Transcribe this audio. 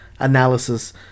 analysis